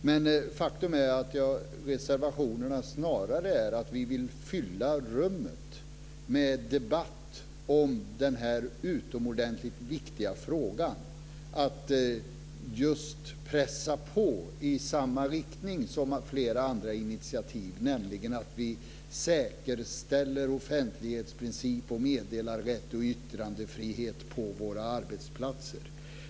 Men faktum är att vi genom reservationerna snarare vill fylla rummet med debatt om den här utomordentligt viktiga frågan, för att just pressa på i samma riktning som flera andra initiativ, nämligen att vi ska säkerställa offentlighetsprincip, meddelarrätt och yttrandefrihet på våra arbetsplatser.